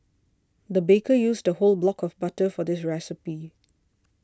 the baker used a whole block of butter for this recipe